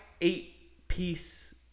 eight-piece